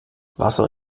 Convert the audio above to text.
wasser